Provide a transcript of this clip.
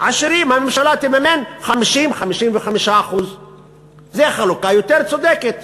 העשירים הממשלה תממן 50% 55%. זאת חלוקה יותר צודקת.